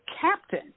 captain